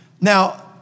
Now